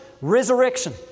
resurrection